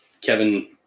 Kevin